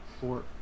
four